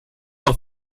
auch